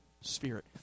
Spirit